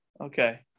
okay